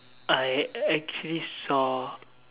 I actually saw